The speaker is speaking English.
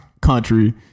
country